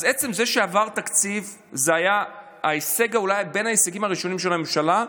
אז עצם זה שעבר תקציב היה אולי בין ההישגים הראשונים של הממשלה,